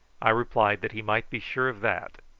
i replied that he might be sure of that.